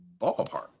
ballpark